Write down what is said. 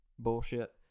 bullshit